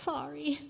Sorry